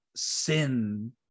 Sin